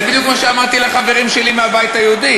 זה בדיוק מה שאמרתי לחברים שלי מהבית היהודי,